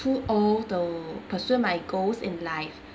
too old to pursue my goals in life